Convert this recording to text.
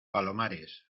palomares